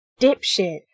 dipshit